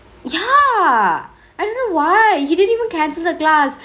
ya I don't know why he didn't even cancel the class